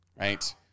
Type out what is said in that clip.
right